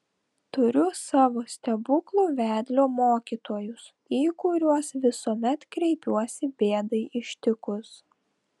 turiu savo stebuklų vedlio mokytojus į kuriuos visuomet kreipiuosi bėdai ištikus